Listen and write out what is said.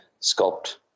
sculpt